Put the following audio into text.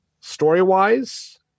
Story-wise